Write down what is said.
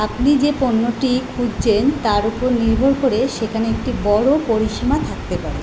আপনি যে পণ্যটি খুঁজছেন তার ওপর নির্ভর করে সেখানে একটি বড়ো পরিসীমা থাকতে পারে